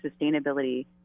sustainability